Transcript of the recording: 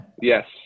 yes